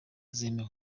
zemewe